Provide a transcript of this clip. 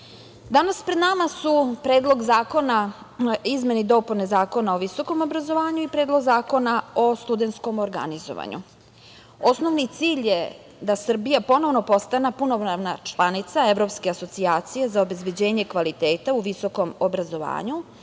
pred nama su Predlog zakona izmene i dopune Zakona o visokom obrazovanju i Predlog zakona o studentskom organizovanju. Osnovni cilj je da Srbija ponovno postane punopravna članica Evropske asocijacije za obezbeđenje kvaliteta u visokom obrazovanju